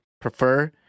prefer